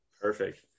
Perfect